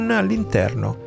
all'interno